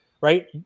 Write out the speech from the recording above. right